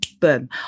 boom